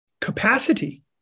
capacity